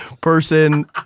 person